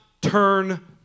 turn